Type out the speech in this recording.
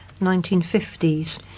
1950s